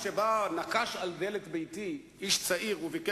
אפילו הונחיתי לא להפעיל את סעיף 131. אם ככה,